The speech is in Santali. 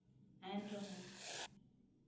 ᱮᱱᱨᱮᱦᱚᱸ